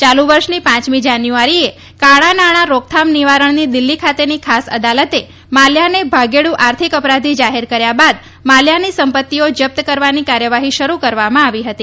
યાલુ વર્ષની પાંચમી જાન્યુઆરીએ કાળા નાણાં રોકથામ નિવારણની દિલ્ઠી ખાતેની ખાસ અદાલતે માલ્યાને ભાગેડુ આર્થિક અપરાધી જાહેર કર્યા બાદ માલ્યાની સંપત્તિઓ જપ્ત કરવાની કાર્યવાહી શરૂ કરવામાં આવી હતી